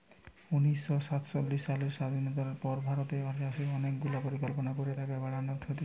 উনিশ শ সাতচল্লিশ সালের স্বাধীনতার পর ভারতের চাষে অনেক গুলা পরিকল্পনা করে তাকে বাড়ান হতিছে